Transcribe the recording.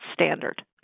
standard